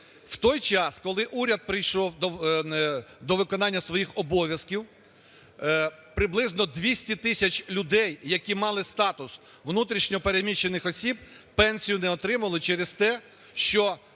В той час, коли уряд прийшов до виконання своїх обов'язків, приблизно 200 тисяч людей, які мали статус внутрішньо переміщених осіб, пенсію не отримали через те, що